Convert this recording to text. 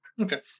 Okay